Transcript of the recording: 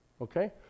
okay